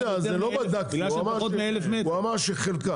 לא יודע, לא בדקתי הוא אמר שחלקם.